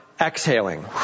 exhaling